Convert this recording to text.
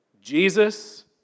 Jesus